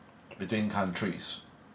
between countries